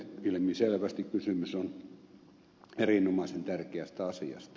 ilmiselvästi kysymys on erinomaisen tärkeästä asiasta